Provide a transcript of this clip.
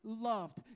loved